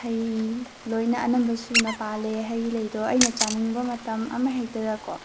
ꯍꯩ ꯂꯣꯏꯅ ꯑꯅꯝꯕ ꯁꯨꯅ ꯄꯥꯜꯂꯦ ꯍꯩ ꯂꯩꯗꯣ ꯑꯩꯅ ꯆꯥꯅꯤꯡꯕ ꯃꯇꯝ ꯑꯃ ꯍꯦꯛꯇꯗꯀꯣ